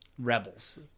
rebels